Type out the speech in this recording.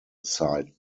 site